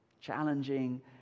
challenging